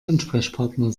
ansprechpartner